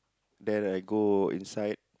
then I go inside